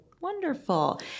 Wonderful